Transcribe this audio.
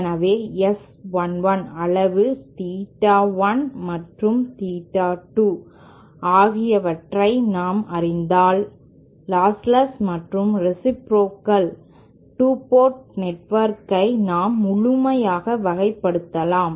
எனவே S 1 1 அளவு தீட்டா 1 மற்றும் தீட்டா 2 ஆகியவற்றை நாம் அறிந்தால் லாஸ்ட்லெஸ் மற்றும் ரேசிப்ரோகல் 2 போர்ட் நெட்வொர்க்கை நாம் முழுமையாக வகைப்படுத்தலாம்